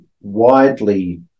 widely